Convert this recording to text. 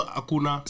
akuna